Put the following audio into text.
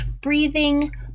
breathing